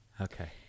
Okay